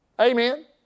Amen